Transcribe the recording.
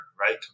Right